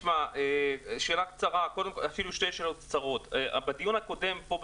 שתי שאלות קצרות: בדיון הקודם פה,